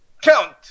Count